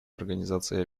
организацией